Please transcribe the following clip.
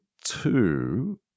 two